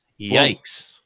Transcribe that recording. Yikes